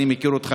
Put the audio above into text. אני מכיר אותך,